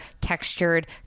textured